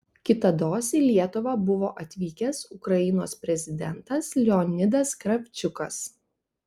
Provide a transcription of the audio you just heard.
kitados į lietuvą buvo atvykęs ukrainos prezidentas leonidas kravčiukas